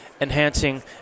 enhancing